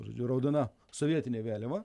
žodžiu raudona sovietinė vėliava